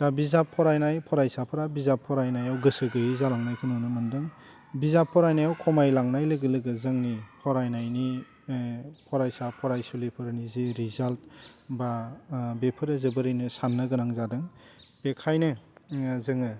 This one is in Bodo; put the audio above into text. दा बिजाब फरायनाय फरायसाफोरा बिजाब फरायनायाव गोसो गैयै जालांनायखौ नुनो मोन्दों बिजाब फरायनायाव खमाय लांनाय लोगो लोगो जोंनि फरायनायनि फरायसा फरायसुलिफोरनि जि रिजाल्ट बा बेफोरो जोबोरैनो सान्नो गोनां जादों बेखायनो जोङो